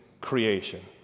creation